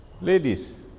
ladies